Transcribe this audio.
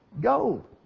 Go